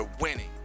winning